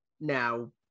Now